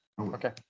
Okay